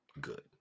good